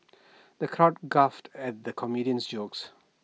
the crowd guffawed at the comedian's jokes